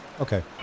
Okay